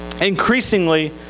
increasingly